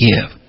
give